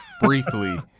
briefly